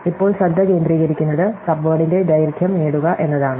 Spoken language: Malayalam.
ഇപ്പോൾ ശ്രദ്ധ കേന്ദ്രീകരിക്കുന്നത് സബ്വേഡിന്റെ ദൈർഘ്യം നേടുക എന്നതാണ്